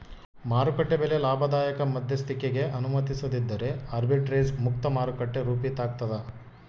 ಮಾರುಕಟ್ಟೆ ಬೆಲೆ ಲಾಭದಾಯಕ ಮಧ್ಯಸ್ಥಿಕಿಗೆ ಅನುಮತಿಸದಿದ್ದರೆ ಆರ್ಬಿಟ್ರೇಜ್ ಮುಕ್ತ ಮಾರುಕಟ್ಟೆ ರೂಪಿತಾಗ್ತದ